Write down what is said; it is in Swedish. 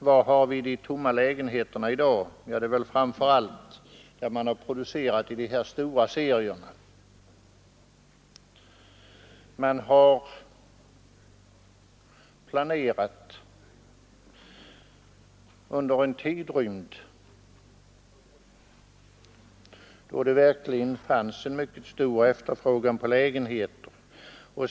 Var har vi de tomma lägenheterna i dag? Det är framför allt där man har producerat i dessa stora serier. Man har planerat under en tidsrymd då efterfrågan på lägenheter verkligen var mycket stor.